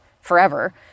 forever